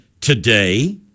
today